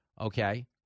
Okay